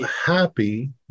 happy